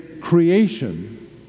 creation